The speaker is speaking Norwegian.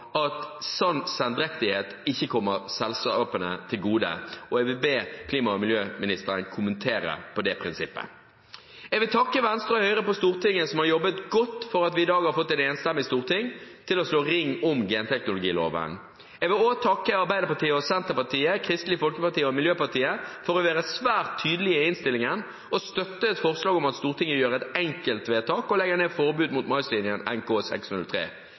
at slik sendrektighet ikke kommer selskapene til gode. Jeg vil be klima- og miljøministeren kommentere det prinsippet. Jeg vil takke Venstre og Høyre på Stortinget som har jobbet godt, slik at vi i dag har fått et enstemmig storting til å slå ring om genteknologiloven. Jeg vil også takke Arbeiderpartiet, Senterpartiet, Kristelig Folkeparti og Miljøpartiet De Grønne for å være svært tydelige i innstillingen og støtte et forslag om at Stortinget gjør et enkeltvedtak og legger ned forbud mot